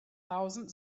thousand